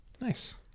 Nice